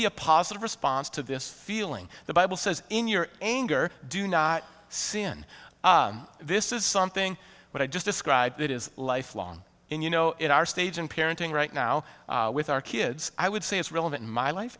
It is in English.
be a positive response to this feeling the bible says in your anger do not sin this is something that i just described it is lifelong you know in our stage in parenting right now with our kids i would say it's relevant in my life